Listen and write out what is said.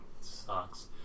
sucks